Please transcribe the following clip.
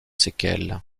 séquelles